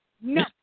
No